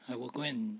I will go and